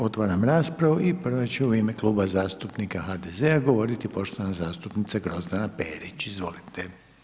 Otvaram raspravu i prvi će u ime Kluba zastupnika HDZ-a govoriti poštovana zastupnica Grozdana Perić, izvolite.